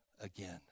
again